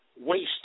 waste